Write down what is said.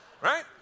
Right